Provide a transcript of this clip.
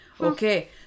Okay